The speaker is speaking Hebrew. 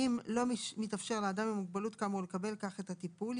אם לא מתאפשר לאדם עם המוגבלות כאמור לקבל כך את הטיפול,